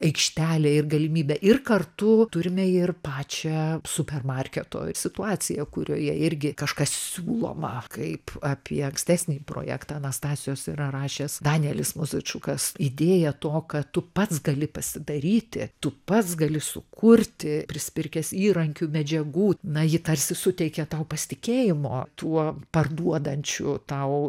aikštelę ir galimybę ir kartu turime ir pačią super marketo situaciją kurioje irgi kažkas siūloma kaip apie ankstesnį projektą anastasijos yra rašęs danėlis mozačiukas idėja to ką tu pats gali pasidaryti tu pats gali sukurti prisipirkęs įrankių medžiagų na ji tarsi suteikia tau pasitikėjimo tuo parduodančiu tau